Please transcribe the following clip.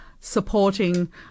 supporting